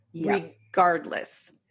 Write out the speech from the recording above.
Regardless